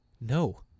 No